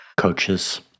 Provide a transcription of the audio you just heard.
Coaches